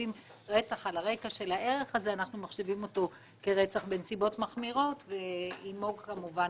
מחשיבים רצח על הרקע של הערך הזה כרצח בנסיבות מחמירות ועמו כמובן